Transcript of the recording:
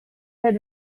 had